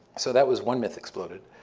so that was one myth exploded.